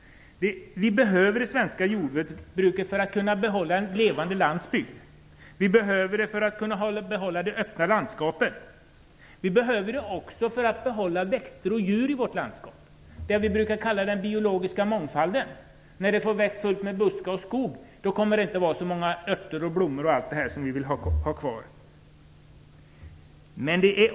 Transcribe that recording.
Vi behöver det svenska jordbruket för att kunna behålla en levande landsbygd. Vi behöver det för att kunna behålla det öppna landskapet. Vi behöver det också för att behålla växter och djur i vårt landskap, det som vi brukar kalla den biologiska mångfalden. När buskar och skog får växa upp kommer inte så många örter och blommor att finnas kvar.